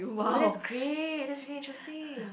oh that's great that's very interesting